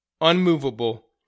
unmovable